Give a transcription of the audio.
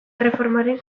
erreformaren